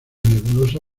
nebulosa